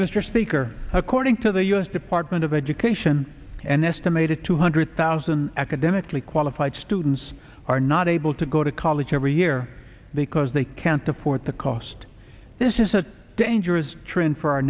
mr speaker according to the u s department of education an estimated two hundred thousand academically qualified students are not able to go to college every year because they can't afford the cost this is a dangerous trend for our